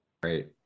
Great